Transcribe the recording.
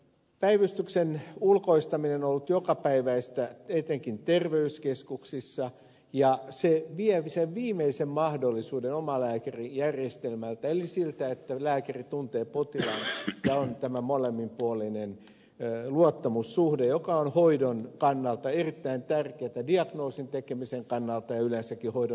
päivystyksen ulkoistaminen on ollut jokapäiväistä etenkin terveyskeskuksissa ja se vie sen viimeisen mahdollisuuden omalääkärijärjestelmältä eli siltä että lääkäri tuntee potilaan ja on tämä molemminpuolinen luottamussuhde joka on hoidon kannalta erittäin tärkeätä diagnoosin tekemisen kannalta ja yleensäkin hoidon onnistumisen kannalta